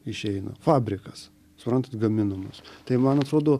išeina fabrikas suprantat gaminamas tai man atrodo